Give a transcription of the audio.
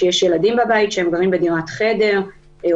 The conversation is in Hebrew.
כי יש ילדים בבית והם גרים בדירת חדר או